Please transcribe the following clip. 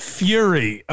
fury